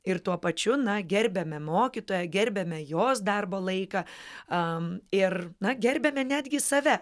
ir tuo pačiu na gerbiame mokytoją gerbiame jos darbo laiką ir na gerbiame netgi save